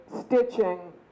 stitching